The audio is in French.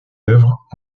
œuvres